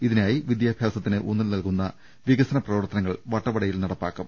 ഇതിനായി വിദ്യാഭ്യാസത്തിന് ഊന്നൽ നൽകുന്ന വികസന പ്രവർത്തനങ്ങൾ വട്ടവടയിൽ നട പ്പാക്കും